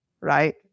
right